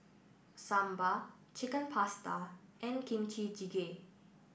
Sambar Chicken Pasta and Kimchi Jjigae